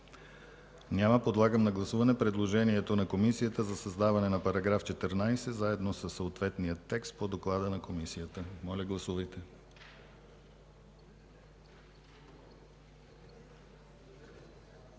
Няма. Подлагам на гласуване предложението на Комисията за създаване на § 15, заедно със съдържанието му по доклада на Комисията. Моля, гласувайте.